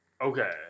Okay